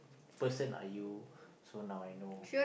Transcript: person are you so now I know